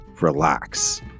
relax